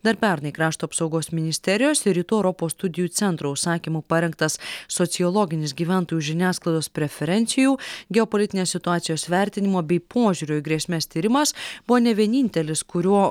dar pernai krašto apsaugos ministerijos ir rytų europos studijų centro užsakymu parengtas sociologinis gyventojų žiniasklaidos preferencijų geopolitinės situacijos vertinimo bei požiūrio į grėsmes tyrimas buvo ne vienintelis kuriuo